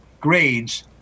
grades